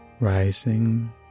rising